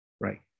right